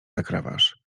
zakrawasz